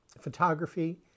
photography